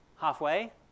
Halfway